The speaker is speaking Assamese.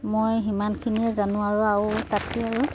মই সিমানখিনিয়ে জানো আৰু আৰু তাতকৈ আৰু